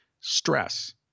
Stress